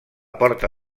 porta